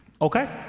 Okay